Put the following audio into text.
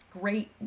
great